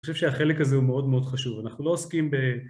אני חושב שהחלק הזה הוא מאוד מאוד חשוב, אנחנו לא עוסקים ב...